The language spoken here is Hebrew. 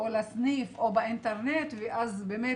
לוועדה, או לסניף, או באינטרנט, ואז באמת